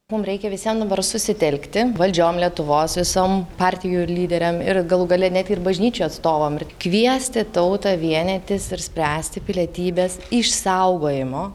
mum reikia visiem dabar susitelkti valdžiom lietuvos visom partijų lyderėm ir galų gale net ir bažnyčių atstovams ir kviesti tautą vienytis ir spręsti pilietybės išsaugojimo